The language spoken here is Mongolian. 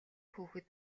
хүүхэд